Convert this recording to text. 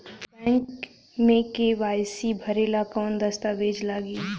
Bank मे KYC भरेला कवन दस्ता वेज लागी?